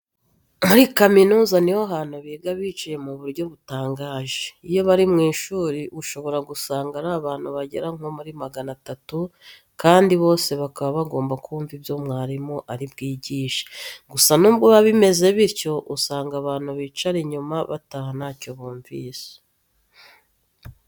Muri kaminuza ni ho hantu biga bicaye mu buryo butangaje. Iyo bari mu ishuri ushobora gusanga ari abantu bagera nko muri magana atatu kandi bose bakaba bagomba kumva ibyo mwarimu ari bwigishe. Gusa nubwo biba bimeze bityo usanga abantu bicara inyuma bataha ntacyo bumvise.